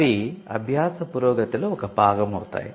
అవి అభ్యాస పురోగతిలో ఒక భాగం అవుతాయి